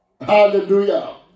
Hallelujah